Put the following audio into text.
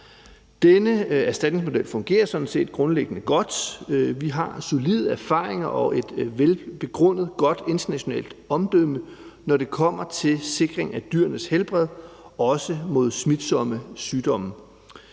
Denne erstatningsmodel fungerer sådan set grundlæggende godt. Vi har solide erfaringer og et velbegrundet godt internationalt omdømme, når det kommer til sikring af dyrenes helbred også mod smitsomme sygdom.